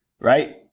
right